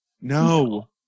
No